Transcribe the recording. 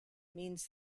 means